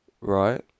Right